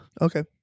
Okay